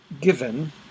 given